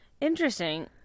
Interesting